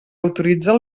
autoritzar